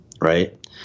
right